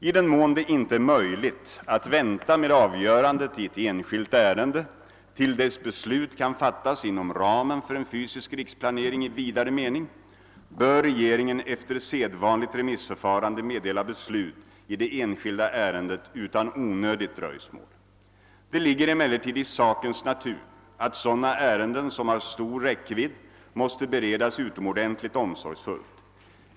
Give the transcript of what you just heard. I den mån det inte är möjligt att vänta med avgörandet i ett enskilt ärende till dess beslut kan fattas inom ramen för en fysisk riksplanering i vidare mening bör regeringen, efter sedvanligt remissförfarande, meddela beslut i det enskilda ärendet utan onödigt dröjsmål. Det ligger emellertid i sakens natur att sådana ärenden som har stor räckvidd måste beredas utomordentligt omsorgsfullt.